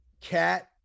cat